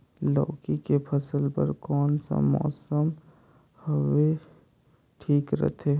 लौकी के फसल बार कोन सा मौसम हवे ठीक रथे?